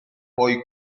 poi